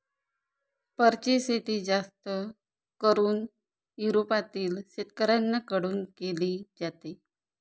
फरची शेती जास्त करून युरोपातील शेतकऱ्यांन कडून केली जाते